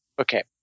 Okay